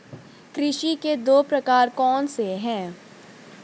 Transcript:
कृषि के दो प्रकार कौन से हैं?